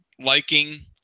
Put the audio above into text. liking